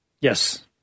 Yes